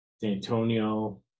D'Antonio